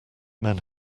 men